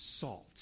salt